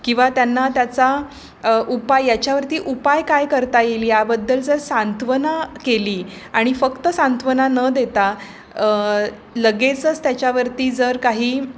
किंवा त्यांना त्याचा उपाय याच्यावरती उपाय काय करता येईल याबद्दल जर सांत्वना केली आणि फक्त सांत्वना न देता लगेचच त्याच्यावरती जर काही